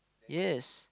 yes